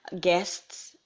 guests